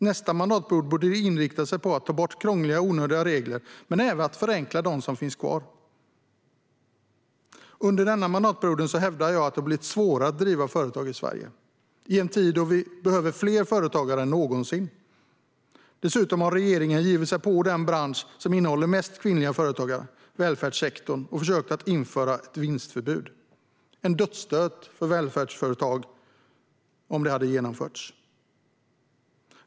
Nästa mandatperiod borde inriktas på att ta bort krångliga och onödiga regler men även på att förenkla de regler som finns kvar. Under denna mandatperiod hävdar jag att det har blivit svårare att driva företag i Sverige. Det har skett i en tid då vi behöver fler företagare än någonsin. Dessutom har regeringen gett sig på den bransch som innehåller mest kvinnliga företagare, nämligen välfärdssektorn, och försökt införa ett vinstförbud. Det skulle ha varit en dödsstöt för välfärdsföretag om det hade genomförts.